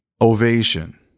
ovation